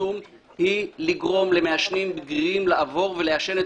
בפרסום היא לגרום למעשנים בגירים לעבור ולעשן את